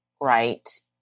right